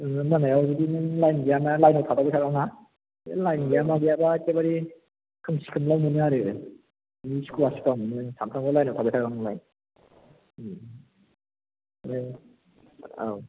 जोङो मोनायाव जुदि नों लाइन गैयाना लाइनाव थाबाय थानांगौना बे लाइन गैयाबा एक्केबारे खोमसि खोमलाव मोनो आरो सुखुवा सुखुवा मोनो सानफ्रोमबो लाइनाव थाबाय थाग्रा नालाय ओमफ्राय औ